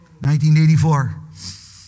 1984